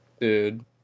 Dude